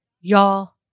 Y'all